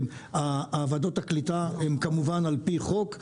ועדות הקליטה הן כמובן על פי חוק,